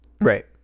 Right